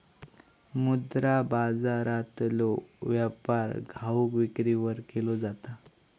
मुद्रा बाजारातलो व्यापार घाऊक विक्रीवर केलो जाता